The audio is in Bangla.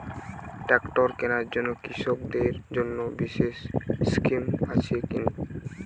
ট্রাক্টর কেনার জন্য কৃষকদের জন্য বিশেষ স্কিম আছে কি?